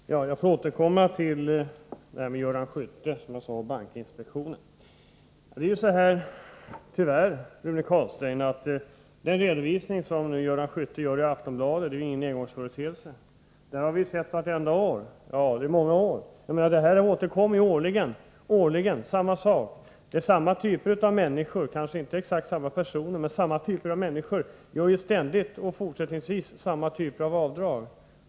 Herr talman! Jag får återkomma till det jag sade om Göran Skytte och bankinspektionen. Tyvärr, Rune Carlstein, är den redovisning som Göran Skytte ger i Aftonbladet ingen engångsföreteelse. Den har vi sett i många år — samma sak återkommer årligen. Det är samma typ av människor, men kanske inte exakt samma personer, som ständigt och fortsättningsvis gör samma typ av avdrag.